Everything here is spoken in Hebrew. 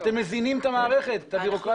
אתם מזינים את המערכת הבירוקרטית.